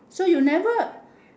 so you never